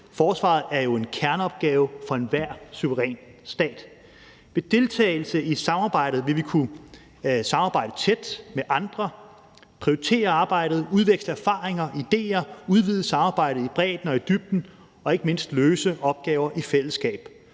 Forsvaret er jo en kerneopgave for enhver suveræn stat. Ved deltagelse i samarbejdet vil vi kunne samarbejde tæt med andre, prioritere arbejdet, udveksle erfaringer og idéer, udvide samarbejdet i bredden og i dybden og ikke mindst løse opgaver i fællesskab.